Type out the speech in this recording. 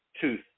tooth